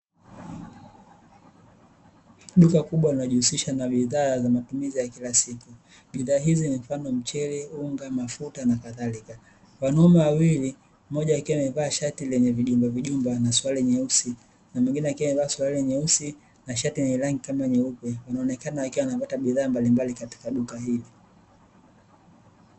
Duka kubwa linajiusisha na bidhaa za matumizi ya kila siku. Bidhaa hizi mfano Michele, unga, mafuta na kadhalika. Wanaume wawili mmoja akiwa amevaa shati lenye vijumbavijumba na suruali nyeusi, na mwingine akiwa amevaa suruali nyeusi na shati yenye rangi kama nyeupe, inayoonekana wakiwa wanapata bidhaa mbalimbali katika duka hili.